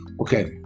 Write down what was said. Okay